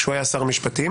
כשהוא היה שר משפטים.